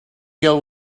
girl